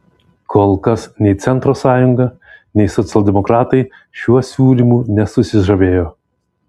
kol kas nei centro sąjunga nei socialdemokratai šiuo siūlymu nesusižavėjo